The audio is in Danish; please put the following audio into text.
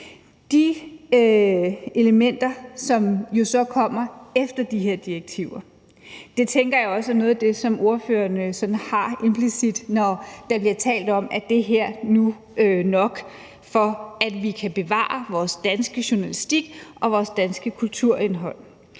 De elementer, som jo så kommer efter de her direktiver, tænker jeg også er noget af det, som ordførerne sådan har haft implicit, når der er blevet talt om, om det her nu er nok, for at vi kan bevare vores danske journalistik og vores danske kulturindhold.